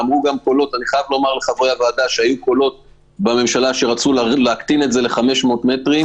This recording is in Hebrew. היו גם קולות בממשלה שרצו להקטין את זה ל-500 מטרים.